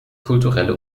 kulturelle